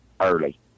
early